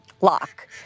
lock